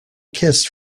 kiss